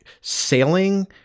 sailing